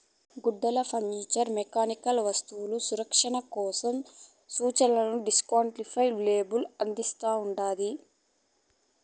గుడ్డలు furniture mechanical వస్తువులు సంరక్షణ కోసం సూచనలని డిస్క్రిప్టివ్ లేబుల్ అందిస్తాండాది